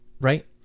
right